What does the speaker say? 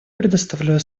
предоставляю